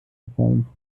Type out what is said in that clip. gefallen